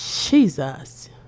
Jesus